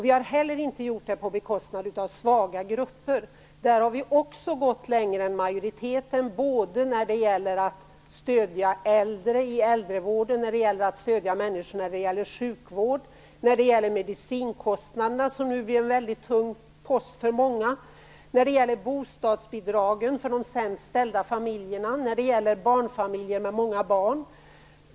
Vi har heller inte gjort det på bekostnad av svaga grupper. Där har vi också gått längre än majoriteten: när det gäller att stödja äldre i äldrevården, när det gäller att stödja människor i fråga om sjukvård, när det gäller medicinkostnaderna, som nu blir en mycket tung post för många, när det gäller bostadsbidragen för de sämst ställda familjerna, när det gäller barnfamiljer med många barn.